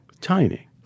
Tiny